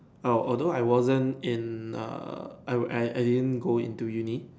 oh although I wasn't in err I were I I didn't go into Uni